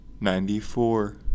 Ninety-four